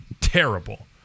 terrible